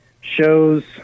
shows